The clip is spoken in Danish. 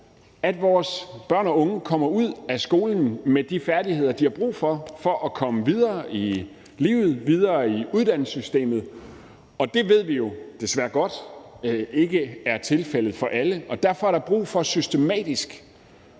at vores børn og unge kommer ud af skolen med de færdigheder, de har brug for, for at komme videre i livet, videre i uddannelsessystemet, og det ved vi jo desværre godt ikke er tilfældet for alle, og derfor er der brug for systematisk